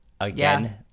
again